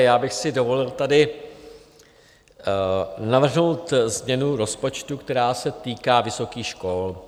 Já bych si dovolil tady navrhnout změnu rozpočtu, která se týká vysokých škol.